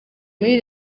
muri